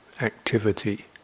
activity